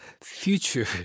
future